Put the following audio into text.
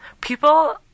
People